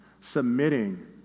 submitting